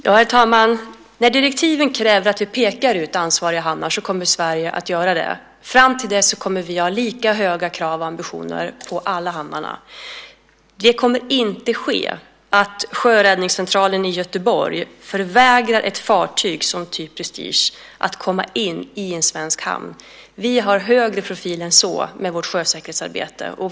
Herr talman! När direktiven kräver att vi pekar ut ansvariga hamnar kommer Sverige att göra det. Fram till dess kommer vi att ha lika höga krav och ambitioner på alla hamnar. Det kommer inte att ske att Sjöräddningscentralen i Göteborg förvägrar ett fartyg som Prestige att komma in i en svensk hamn. Vi har högre profil än så med vårt sjösäkerhetsarbete.